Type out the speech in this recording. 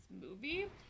movie